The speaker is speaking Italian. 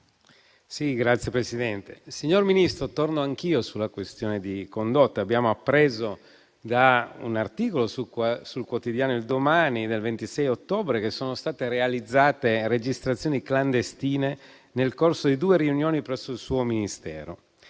*(FI-BP-PPE)*. Signor Ministro, torno anch'io sulla questione di Condotte. Abbiamo appreso da un articolo del quotidiano «Domani» del 26 ottobre che sono state realizzate registrazioni clandestine nel corso di due riunioni presso il suo Ministero;